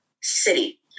city